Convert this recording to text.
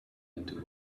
into